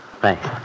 Thanks